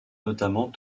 notamment